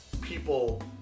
people